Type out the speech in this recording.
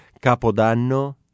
Capodanno